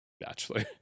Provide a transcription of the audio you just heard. Bachelor